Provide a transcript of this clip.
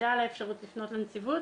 ידע על האפשרות לפנות לנציבות